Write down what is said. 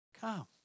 come